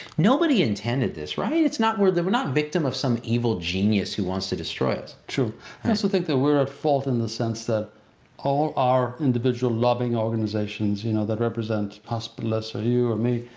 nobody intended this, right. it's not where, we're not victim of some evil genius who wants to destroy us. true. i also think that we're at fault in the sense that all our individual lobbying organizations you know that represent hospitalists or you or me,